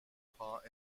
part